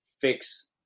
fix